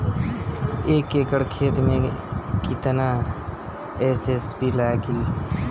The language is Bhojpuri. एक एकड़ खेत मे कितना एस.एस.पी लागिल?